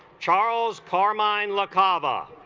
charles carmine lacava